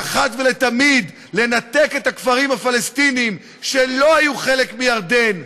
ואחת ולתמיד לנתק את הכפרים הפלסטיניים שלא היו חלק מירדן,